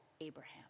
Abraham